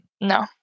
No